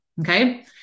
Okay